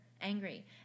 angry